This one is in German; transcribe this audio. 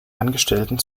angestellten